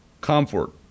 comfort